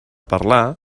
parlar